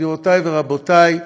גבירותיי ורבותיי,